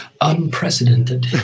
unprecedented